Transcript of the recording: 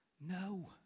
no